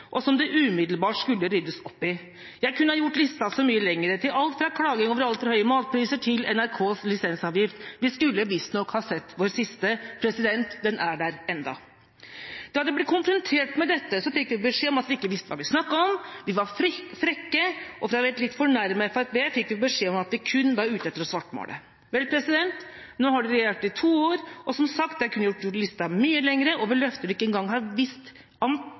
og som det umiddelbart skulle ryddes opp i. Jeg kunne ha gjort lista mye lengre – alt fra klaging over altfor høye matpriser til NRKs lisensavgift. Vi skulle visstnok ha sett vår siste – den er der ennå. Da de ble konfrontert med dette, fikk vi beskjed om at vi ikke visste hva vi snakket om, vi var frekke, og fra et litt fornærmet Fremskrittspartiet fikk vi beskjed om at vi kun var ute etter å svartmale. Vel, nå har de regjert i to år, og som sagt kunne jeg gjort lista mye lengre over løfter de ikke engang har vist antydning til å kunne innfri. Men det var to saker jeg faktisk trodde Fremskrittspartiet på, og